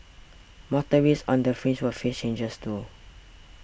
motorists on the fringe will face changes too